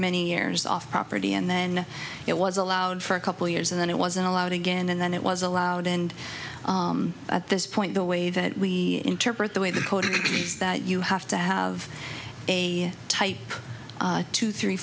many years off property and then it was allowed for a couple years and then it wasn't allowed again and then it was allowed and at this point the way that we interpret the way the code is that you have to have a type two three